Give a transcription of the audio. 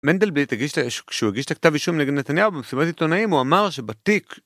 מנדלבליט, הגיש אה.. כשהוא הגיש את הכתב אישום נגד נתניהו במסיבת עיתונאיים, הוא אמר שבתיק.